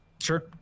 Sure